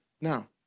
Now